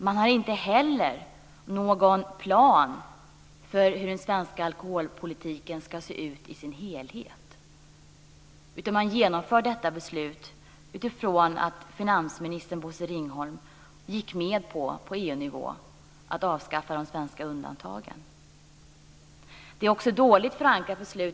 Man har inte heller någon plan för hur den svenska alkoholpolitiken ska se ut i sin helhet, utan man genomför detta beslut utifrån att finansminister Bosse Ringholm på EU-nivå gick med på att avskaffa de svenska undantagen. Det är också ett parlamentariskt dåligt förankrat beslut.